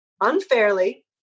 unfairly